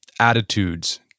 attitudes